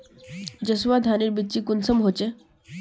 जसवा धानेर बिच्ची कुंसम होचए?